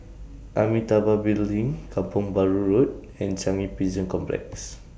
Amitabha Building Kampong Bahru Road and Changi Prison Complex